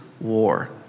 war